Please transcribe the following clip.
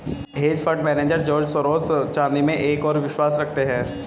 hedge fund manager George Soros चांदी में एक और विश्वास रखते हैं